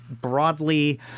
broadly